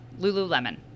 Lululemon